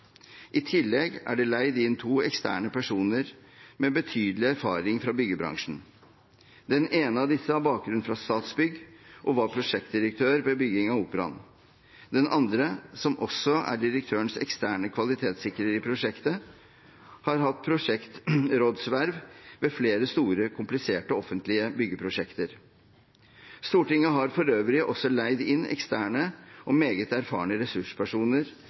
I tillegg er det leid inn to eksterne personer med betydelig erfaring fra byggebransjen. Den ene av disse har bakgrunn fra Statsbygg og var prosjektdirektør ved bygging av Operaen. Den andre – som også er direktørens eksterne kvalitetssikrer i prosjektet – har hatt prosjektrådsverv ved flere store og kompliserte offentlige byggeprosjekter. Stortinget har for øvrig også leid inn eksterne og meget erfarne ressurspersoner,